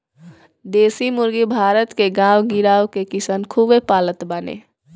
देशी मुर्गी भारत के गांव गिरांव के किसान खूबे पालत बाने